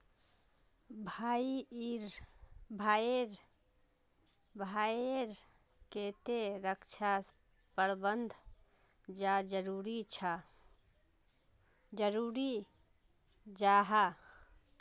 भाई ईर केते रक्षा प्रबंधन चाँ जरूरी जाहा?